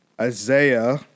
Isaiah